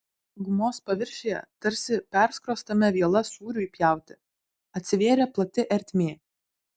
gumos paviršiuje tarsi perskrostame viela sūriui pjauti atsivėrė plati ertmė